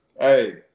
hey